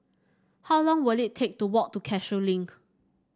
how long will it take to walk to Cashew Link